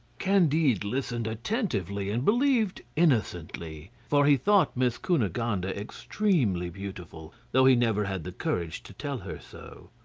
candide listened attentively and believed innocently for he thought miss cunegonde ah extremely beautiful, though he never had the courage to tell her so.